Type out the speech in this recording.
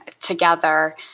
together